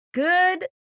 Good